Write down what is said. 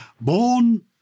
born